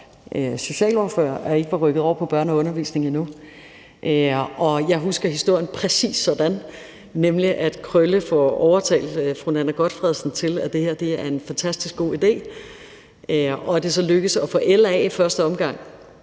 socialordfører og ikke var rykket over på børne- og undervisning endnu. Og jeg husker historien præcis sådan, nemlig at Krølle får overtalt fru Nanna W. Gotfredsen til, at det her er en fantastisk god ide, og at det så i første omgang